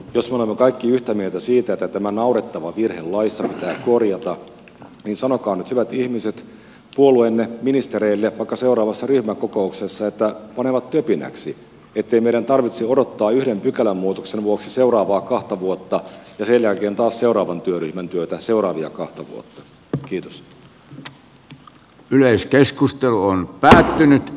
jos me olemme kaikki yhtä mieltä siitä että tämä naurettava virhe laissa pitää korjata niin sanokaa nyt hyvät ihmiset puolueenne ministereille vaikka seuraavassa ryhmäkokouksessa että panevat töpinäksi ettei meidän tarvitse odottaa yhden pykälämuutoksen vuoksi seuraavaa kahta vuotta ja sen jälkeen taas seuraavan työryhmän työtä seuraavia kahta vuotta